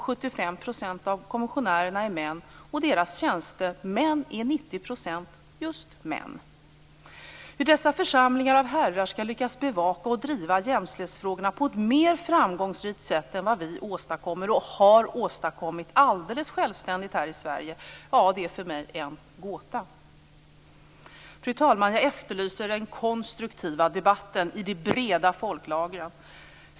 75 % av kommissionärerna är män, och deras tjänstemän är till 90 % just män. Hur dessa församlingar av herrar skall lyckas bevaka och driva jämställdhetsfrågorna på ett mer framgångsrikt sätt än vad vi åstadkommer och har åstadkommit alldeles själva här i Sverige - det är för mig en gåta. Fru talman! Jag efterlyser en bred debatt i de breda folklagren.